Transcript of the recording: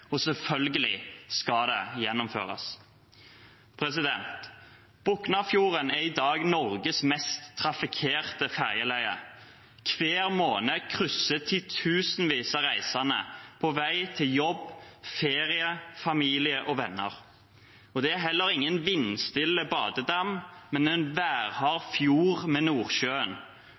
og selvfølgelig skal det gjennomføres. Boknafjorden er i dag Norges mest trafikkerte ferjeleie. Hver måned krysser titusenvis av reisende på vei til jobb, ferie, familie og venner. Det er heller ingen vindstille badedam, men en værhard fjord ved Nordsjøen.